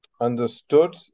understood